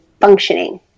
functioning